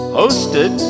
hosted